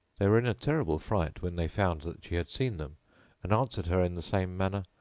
they were in a terrible fright when they found that she had seen them and answered her in the same manner,